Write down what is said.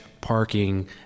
parking